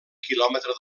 quilòmetre